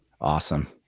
awesome